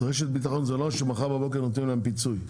רשת ביטחון זה לא שמחר בבוקר נותנים להם פיצוי,